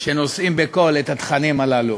שנושאים בקול את התכנים הללו.